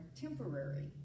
temporary